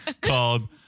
called